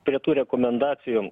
prie tų rekomendacijų